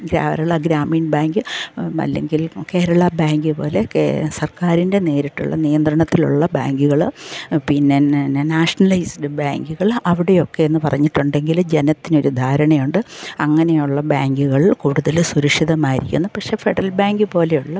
Kerala Grameen bank അല്ലെങ്കിൽ Kerala bank പോലെ സർക്കാരിൻ്റെ നേരിട്ടുള്ള നിയന്ത്രണത്തിലുള്ള ബാങ്കുകള് പിന്നെ നാഷണലൈസ്ഡ് ബാങ്കുകള് അവിടെ ഒക്കെ എന്ന് പറഞ്ഞിട്ടുണ്ടെങ്കിൽ ജനത്തിനൊര് ധാരണ ഉണ്ട് അങ്ങനെ ഉള്ള ബാങ്കുകളിൽ കൂടുതല് സുരക്ഷിതമായിരിക്കുമെന്ന് പക്ഷെ ഫെഡറൽ ബാങ്ക് പോലെ ഉള്ള